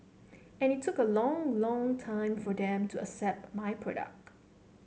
and it look a long long time for them to accept my product